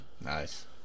Nice